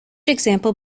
example